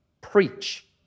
preach